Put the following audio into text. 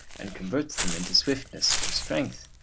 and converts them into swiftness or strength,